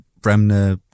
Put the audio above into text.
Bremner